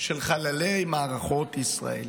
של חללי מערכות ישראל".